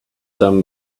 some